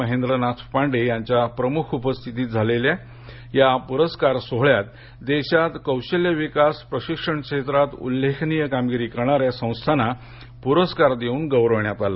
महेंद्रनाथ पांडे यांच्या प्रमुख उपस्थितीत झालेल्या या पुरस्कार सोहळ्यात देशात कौशल्य विकास प्रशिक्षण क्षेत्रात उल्लेखनीय कामगिरी करणाऱ्या संस्थांना प्रस्कार देऊन गौरविण्यात आले